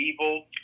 evil